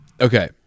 Okay